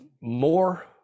more